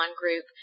group